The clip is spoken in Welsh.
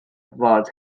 fod